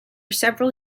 several